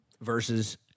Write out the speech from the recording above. versus